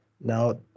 Now